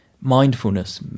mindfulness